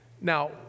Now